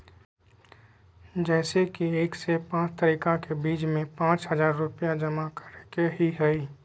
जैसे कि एक से पाँच तारीक के बीज में पाँच हजार रुपया जमा करेके ही हैई?